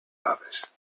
office